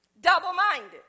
Double-minded